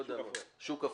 שותפות.